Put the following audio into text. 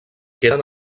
queden